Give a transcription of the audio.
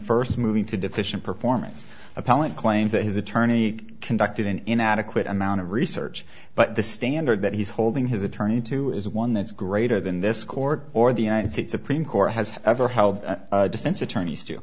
first moving to deficient performance appellant claims that his attorney conducted an inadequate amount of research but the standard that he's holding his attorney to is one that's greater than this court or the united states supreme court has ever held defense attorneys